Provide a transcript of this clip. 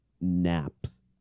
naps